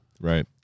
Right